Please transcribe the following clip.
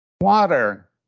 water